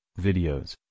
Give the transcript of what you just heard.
videos